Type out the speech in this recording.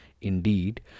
Indeed